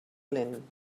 lent